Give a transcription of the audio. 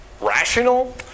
Rational